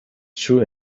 true